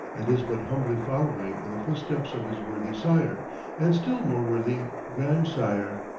and is but humbly following in the footsteps of his worthy sire and still more worthy grandsire.